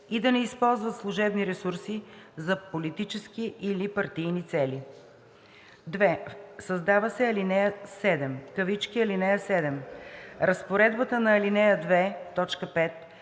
и да не използват служебни ресурси за политически или партийни цели.“ 2. Създава се ал. 7: „(7) Разпоредбата на ал. 2,